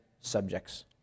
subjects